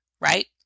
right